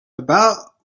about